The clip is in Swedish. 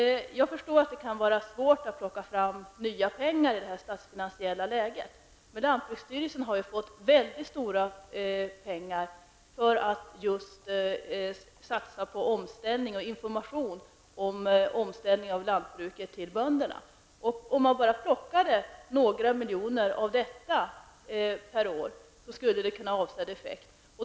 Jag förstår att det kan vara svårt att plocka fram nya pengar i det här statsfinansiella läget, men lantbruksstyrelsen har ju fått mycket stora summor för att satsa på omställning och information om omställning av lantbruket till bönderna. Om man plockade bara några miljoner av de medlen per år skulle det kunna ha avsedd effekt.